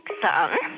son